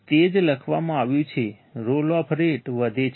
તે જ લખવામાં આવ્યું છે રોલ ઓફ રેટ વધે છે